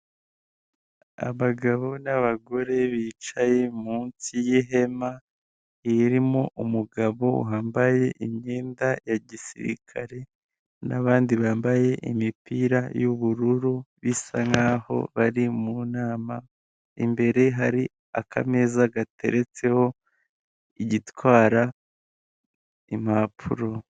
Abagabo n'abagore bicaye munsi y'ihema irimo umugabo wambaye imyenda ya gisirikare n'abandi bambaye imipira y'ubururu, bisa nkaho bari mu nama imbere hari akameza gateretseho igitwara impapuro.